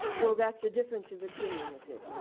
well, that's a difference of opinion, is it